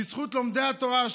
בזכות לומדי התורה,